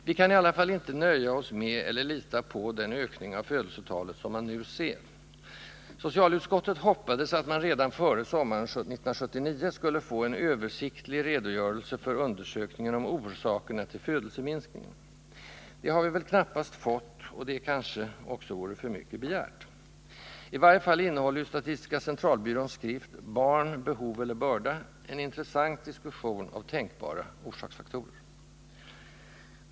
Vi kan i alla fall inte nöja oss med, eller lita på, den ökning av födelsetalet man nu ser. Socialutskottet hoppades att man redan före sommaren 1979 skulle få en ”översiktlig redogörelse för undersökningen om orsakerna till födelseminskningen”. Det har vi väl knappast fått, och det kanske också vore för mycket begärt. I varje fall innehåller ju statistiska centralbyråns skrift Barn — behov eller börda? en intressant diskussion av tänkbara orsaksfaktorer.